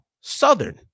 Southern